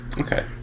Okay